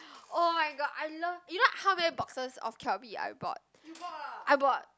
oh-my-god I love you know how many boxes of Calbee I bought I bought